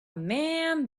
man